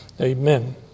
Amen